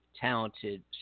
talented